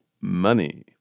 money